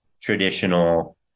traditional